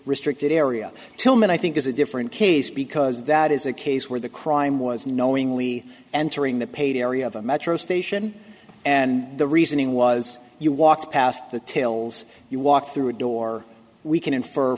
restricted area tilman i think is a different case because that is a case where the crime was knowingly entering the paid area of a metro station and the reasoning was you walk past the tails you walk through a door we can infer